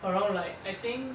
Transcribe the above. around like I think